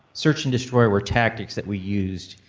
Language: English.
search and destroy were tactics that we used